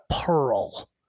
pearl